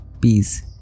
peace